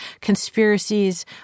conspiracies